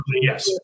Yes